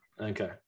Okay